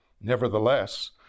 Nevertheless